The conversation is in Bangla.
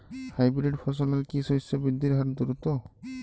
হাইব্রিড ফসলের কি শস্য বৃদ্ধির হার দ্রুত?